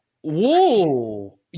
whoa